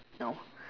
no